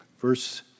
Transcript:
verse